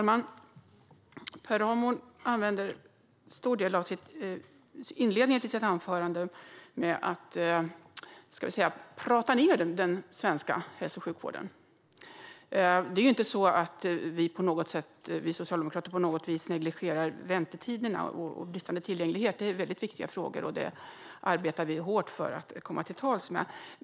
Herr talman! Per Ramhorn använde inledningen av sitt anförande till att prata ned den svenska hälso och sjukvården. Det är inte så att vi socialdemokrater på något sätt negligerar väntetiderna och bristande tillgänglighet. Det är väldigt viktiga frågor som vi arbetar hårt för att komma till rätta med.